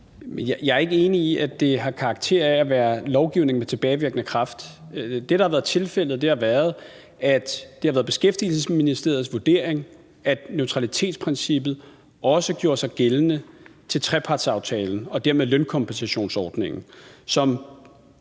Jeg er ikke enig i, at det har karakter af at være lovgivning med tilbagevirkende kraft. Det, der har været tilfældet, er, at det har været Beskæftigelsesministeriets vurdering, at neutralitetsprincippet også gjorde sig gældende til trepartsaftalen og dermed lønkompensationsordningen,